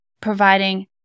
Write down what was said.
providing